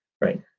right